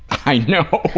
i know.